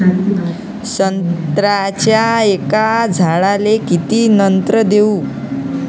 संत्र्याच्या एका झाडाले किती नत्र देऊ?